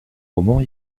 romans